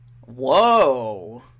Whoa